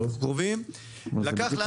אנחנו קרובים לזה.